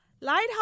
Lighthouse